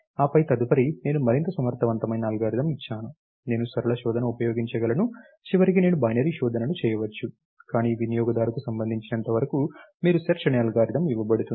ఆపై తదుపరి నేను మరింత సమర్ధవంతమైన అల్గోరిథం ఇచ్చాను నేను సరళ శోధనను ఉపయోగించగలను చివరకు నేను బైనరీ శోధనను చేయవచ్చు కానీ వినియోగదారుకు సంబంధించినంతవరకు మీకు సెర్చ్ అనే అల్గోరిథం ఇవ్వబడుతుంది